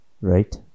right